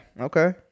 Okay